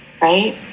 right